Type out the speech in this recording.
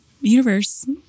universe